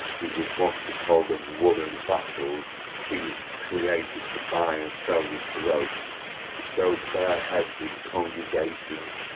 who was wont to call them woollen vassals, things created to buy and sell with groats to show bare heads in congregations,